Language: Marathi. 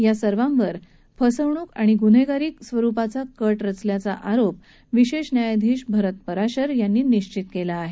या सर्वांवर फसवणूक आणि ग्न्हेगारी स्वरुपाचा कट रचल्याचा आरोप विशेष न्यायधीश भरत पराशर यांनी निश्चित केला आहे